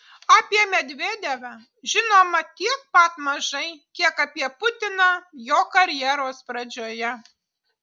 apie medvedevą žinoma tiek pat mažai kiek apie putiną jo karjeros pradžioje